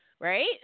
Right